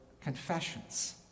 Confessions